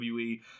WWE